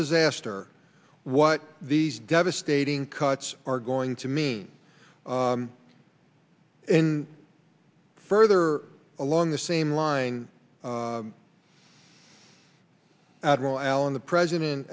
disaster what these devastating cuts are going to mean and further along the same line admiral allen the president